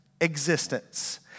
existence